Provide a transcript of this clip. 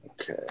Okay